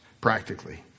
practically